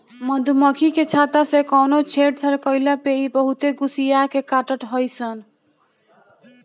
मधुमक्खी के छत्ता से कवनो छेड़छाड़ कईला पे इ बहुते गुस्सिया के काटत हई सन